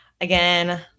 again